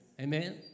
Amen